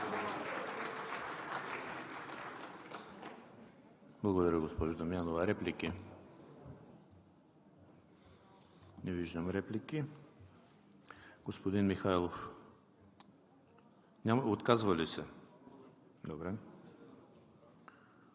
Благодаря, госпожо Дамянова. Реплики? Не виждам. Господин Михайлов, отказвате ли се? Добре.